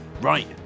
Right